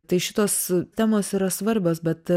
tai šitos temos yra svarbios bet